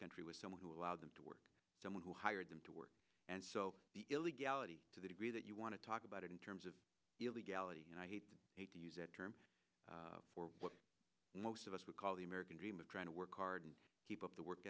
country was someone who allowed them to work someone who hired them to work and so the illegality to the degree that you want to talk about in terms of illegality and i hate to use that term for what most of us would call the american dream of trying to work hard and keep up the work